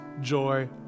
joy